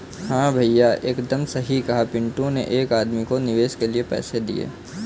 हां भैया एकदम सही कहा पिंटू ने एक आदमी को निवेश के लिए पैसे दिए